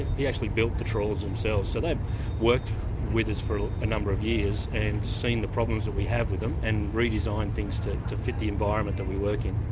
he actually built the trawls themselves. so they've worked with us for a number of years and they've seen the problems that we have with them and redesigned things to to fit the environment that we work in.